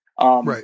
Right